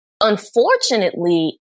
unfortunately